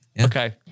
Okay